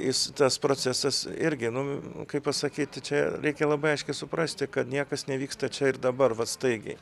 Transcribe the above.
jis tas procesas irgi nu kaip pasakyt čia reikia labai aiškiai suprasti kad niekas nevyksta čia ir dabar vat staigiai